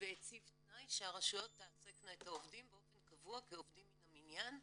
והציב תנאי שהרשויות תעסקנה את העובדים באופן קבוע כעובדים מן המניין,